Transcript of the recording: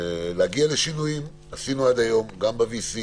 להגיע לשינויים, עשינו עד היום גם ב-VC,